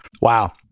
wow